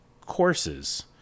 courses